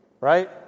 Right